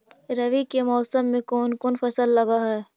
रवि के मौसम में कोन कोन फसल लग है?